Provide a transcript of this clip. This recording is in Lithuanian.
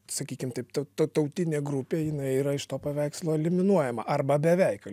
sakykim taip ta tautinė grupė jinai yra iš to paveikslo eliminuojama arba beveik